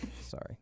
Sorry